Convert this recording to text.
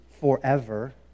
forever